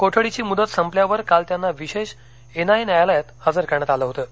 कोठडीची मुदत संपल्यावर काल त्यांना विशेष एनआयए न्यायालयात हजर करण्यात आलं होतं